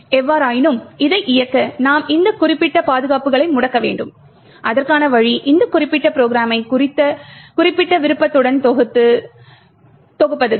எவ்வாறாயினும் இதை இயக்க நாம் இந்த குறிப்பிட்ட பாதுகாப்புகளை முடக்க வேண்டும் அதற்கான வழி இந்த குறிப்பிட்ட ப்ரோகிராமை குறிப்பிட்ட விருப்பத்துடன் தொகுப்பது தான்